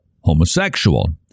homosexual